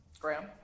Graham